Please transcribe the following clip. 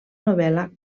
novel·la